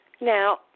Now